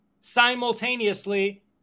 simultaneously